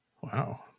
Wow